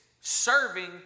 serving